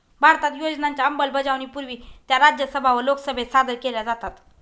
भारतात योजनांच्या अंमलबजावणीपूर्वी त्या राज्यसभा व लोकसभेत सादर केल्या जातात